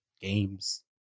games